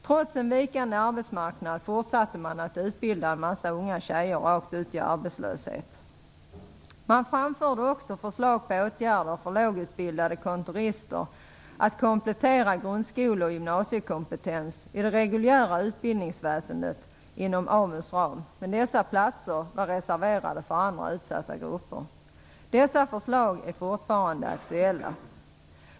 Trots en vikande arbetsmarknad fortsatte man att utbilda en massa unga tjejer rakt ut i arbetslöshet. Man framförde också förslag till åtgärder för lågutbildade kontorister, innebärande komplettering av grundskole och gymnasiekompetens inom det reguljära utbildningsväsendet inom AMU:s ram, men platserna för dessa ändamål var reserverade för andra utsatta grupper. Dessa förslag är fortfarande aktuella.